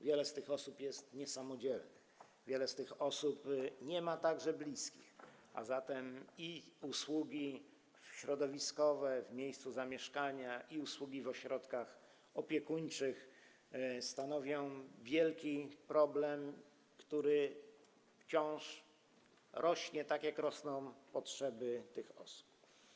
Wiele z tych osób jest niesamodzielnych, wiele z tych osób nie ma także bliskich, a zatem i usługi środowiskowe w miejscu zamieszkania, i usługi w ośrodkach opiekuńczych stanowią wielki problem, który wciąż rośnie, tak jak rosną potrzeby tych osób.